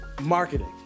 marketing